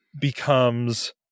becomes